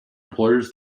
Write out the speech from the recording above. employers